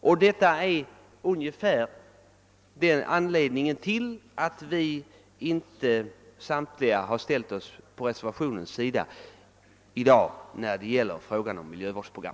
Vad jag här sagt är alltså förklaringen till att inte samtliga av oss har anslutit oss till reservationen när det gäller frågan om ett miljövårdsprogram.